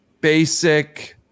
basic